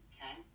Okay